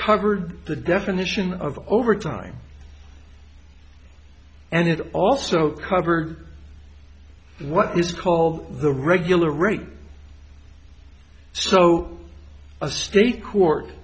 covered the definition of overtime and it also covered what is called the regular rate so a state court